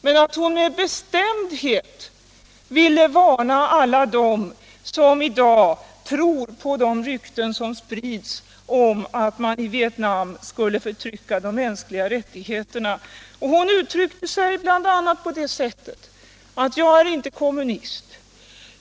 Men hon ville med bestämdhet varna alla dem som i dag tror på de rykten som sprids om att man i Vietnam skulle förtrycka de mänskliga rättigheterna. Hon uttryckte sig bl.a. på följande sätt: ”Jag är inte kommunist.